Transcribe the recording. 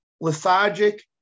lethargic